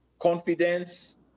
Confidence